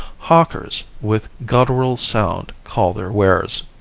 hawkers with guttural sound call their wares.